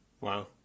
Wow